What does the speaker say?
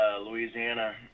Louisiana